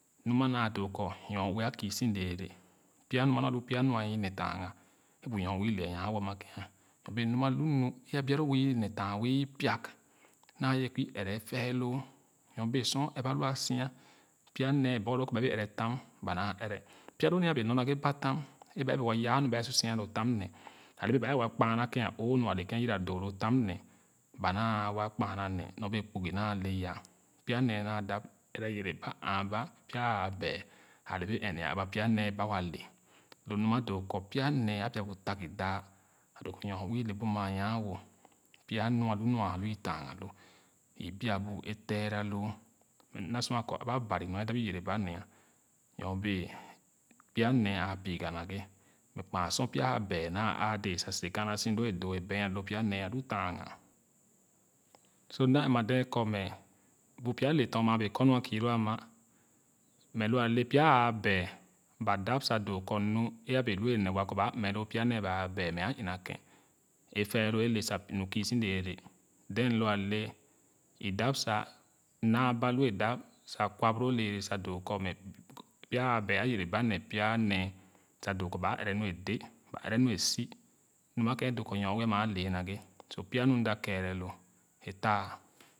Mu ama naa doo kɔ nyo ue a kü si lɛɛlɛ pya nua nɔa alu pya nu aa i nee tanga e bu nyoue ile anyanwo ama ken nyo bee nu ama lu nu e a bia loo wɛɛ ne tanga wɛɛ ping naa yɛɛ kɔ i ɛrɛ ɛfɛɛloo nyobee sor ɛp a lu a so pya nee a booloo kɔ ba e wɛɛ ɛrɛ tam ba naa ɛrɛ pya loo nee a bee nor naghe batam e ba bɛɛn yaa nu baa wɛɛ kpaa na ken a otoo nu ale ken yiira doo lo tam ne ba naa wa kpaa naa nyo bere kpugo naa le ya pya nee naa dap ɛrɛ yere ba aaba pya aa bɛɛn ale bee ɛnia aba bawa le lo nu doo kɔ pya nee mɛ a bia bu tango daah a doo kɔ nyo ue ole bu anyan wo pya nu aalu itanga lo i bia bu e tera loo mɛ kpaa sor pya aabɛɛ naa aa dee sere kaana so wɛɛ doo e been ale lo pya nee alu tanga so m na ɛnma dee kɔ mɛ bu pya le tɔn maa bee kɔ nɔa kü lo ama mɛ lo ale pya aabɛɛ ba dap sa doo kɔ nu e abee lu e nee waa kɔ ba mmɛ loo pya baa bɛɛn mɛ a ina keh efɛɛloo le sa nu kü so lɛɛn then lu ale e dap sa naaba lua dap sa kwa boro lɛɛlɛ sa doo kɔ mɛ pya a bɛɛ a yere ba nee pya nee sa doo kɔ ba ɛrɛ nu ẽ de ba ɛrɛ nu e ba ɛrɛ nu eso nu ma ken edoo kɔ nyo ue ama ale naghe so pya mu m da keere wo ẽ faah.